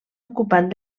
ocupat